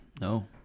no